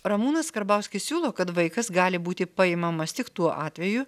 ramūnas karbauskis siūlo kad vaikas gali būti paimamas tik tuo atveju